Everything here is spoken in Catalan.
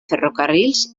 ferrocarrils